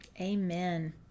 Amen